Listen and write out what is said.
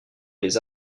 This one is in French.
les